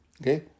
Okay